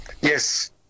Yes